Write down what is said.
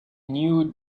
knew